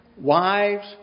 wives